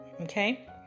Okay